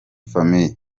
famille